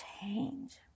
change